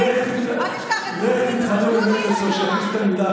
אל תשכח שאנחנו יודעים להיות גזענים,